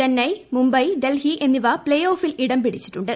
ചെന്നൈ മുംബൈ ഡൽഹി എന്നിവ പ്ലേ ഓഫിൽ ഇടം പിടിച്ചിട്ടുണ്ട്